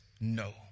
no